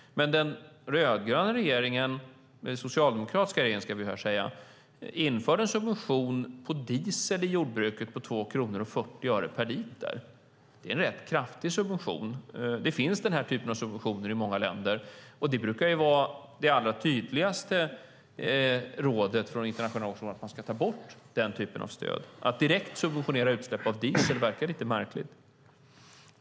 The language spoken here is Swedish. Den socialdemokratiska regeringen införde en subvention på diesel i jordbruket på 2 kronor och 40 öre per liter. Det är en rätt kraftig subvention. Den här typen av subvention finns i många länder, och det allra tydligaste rådet från internationellt håll brukar vara att man ska ta bort den typen av stöd. Att direkt subventionera utsläpp av diesel verkar lite märkligt.